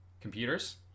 Computers